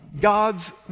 God's